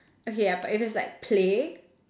okay ya but if it's like play